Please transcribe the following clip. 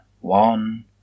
One